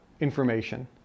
information